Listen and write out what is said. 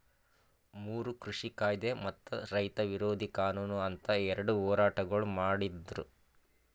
ಮೂರು ಕೃಷಿ ಕಾಯ್ದೆ ಮತ್ತ ರೈತ ವಿರೋಧಿ ಕಾನೂನು ಅಂತ್ ಎರಡ ಹೋರಾಟಗೊಳ್ ಮಾಡಿದ್ದರು